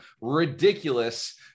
ridiculous